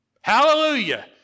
Hallelujah